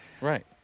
Right